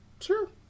sure